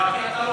לא.